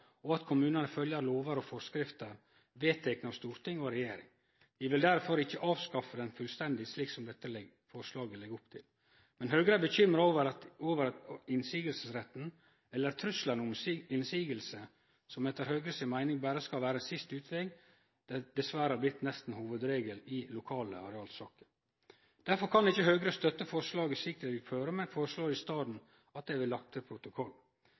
og at kommunane følgjer lover og forskrifter vedtekne av storting og regjering. Vi vil derfor ikkje avskaffe den fullstendig, slik som dette forslaget legg opp til. Men Høgre er bekymra over at motsegnsretten eller trusselen om motsegn, som etter Høgre si meining skal vere siste utveg, dessverre nesten er blitt hovudregelen i lokale arealsaker. Derfor kan ikkje Høgre stø forslaget slik det ligg føre, men foreslår i staden at